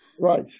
Right